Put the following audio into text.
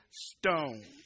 stone